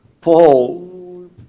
Paul